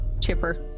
Chipper